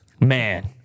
Man